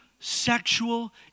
sexual